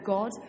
God